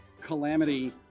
calamity